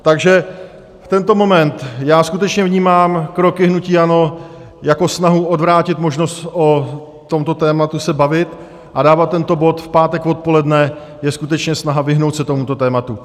Takže v tento moment já skutečně vnímám kroky hnutí ANO jako snahu odvrátit možnost o tomto tématu se bavit a dávat tento bod v pátek odpoledne je skutečně snaha vyhnout se tomuto tématu.